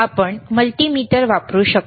आपण मल्टीमीटर वापरू शकतो